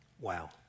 Wow